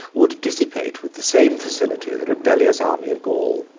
would dissipate with the same facility the rebellious army of gaul.